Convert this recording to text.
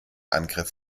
angriff